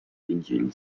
indian